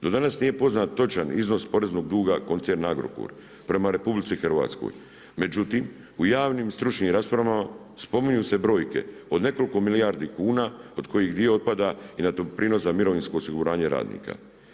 Do danas nije poznat točan iznos poreznog duga koncerna Agrokor, prema RH, međutim u javnim i stručnim raspravama, spominju se brojke od nekoliko milijardi kuna od kojih dio otpada i na doprinos sa mirovinsko osiguranje radnika.